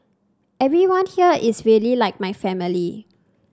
everyone here is really like my family